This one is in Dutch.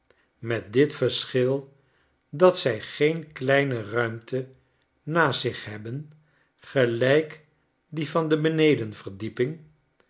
met dit verschil dat zij geen kleine ruimte naast zich hebben gelijk die van de